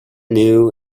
new